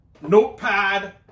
notepad